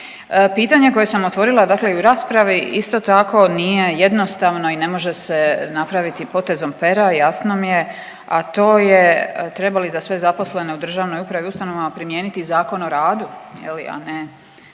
Pitanje koje sam otvorila dakle i u raspravi isto tako nije jednostavno i ne može se napraviti potezom pera. Jasno mi je, a to je treba li za sve zaposlene u državnoj upravi i ustanovama primijeniti Zakon o radu je